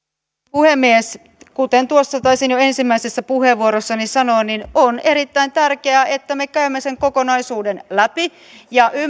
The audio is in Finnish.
puhemies kuten taisin jo ensimmäisessä puheenvuorossani sanoa on erittäin tärkeää että me käymme sen kokonaisuuden läpi